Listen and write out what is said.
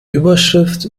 überschrift